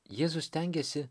jėzus stengiasi